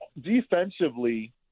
Defensively